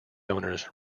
owners